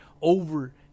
over